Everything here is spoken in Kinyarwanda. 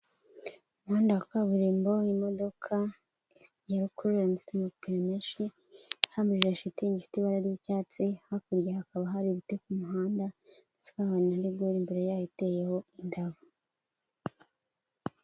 Umuhanda wa kaburimbo imodoka ya rukururana ifite amapine menshi ihambirije shitingi ifite ibara ry'icyatsi hakurya hakaba hari ibiti kumuhanda ndetse hari na rigori imbere yayo iteyeho indabo.